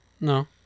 No